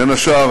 בין השאר,